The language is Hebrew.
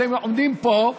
אתם עומדים פה,